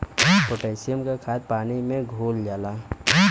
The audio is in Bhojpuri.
पोटेशियम क खाद पानी में घुल जाला